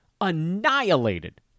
annihilated